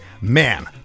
man